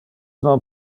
non